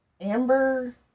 Amber